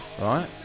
Right